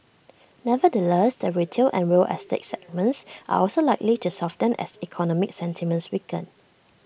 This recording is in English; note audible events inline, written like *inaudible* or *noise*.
nevertheless the retail and real estate *noise* segments are also likely to soften as economic sentiments weaken